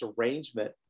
arrangement